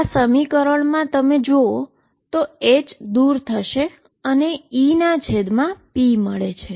જે hp થશેઅહીં h દુર થશે અને મને Ep મળે છે